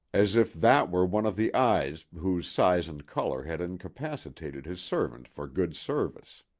as if that were one of the eyes whose size and color had incapacitated his servant for good service.